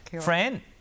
Fran